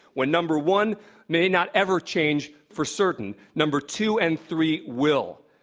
when number one may not ever change for certain, number two and three will.